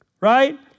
right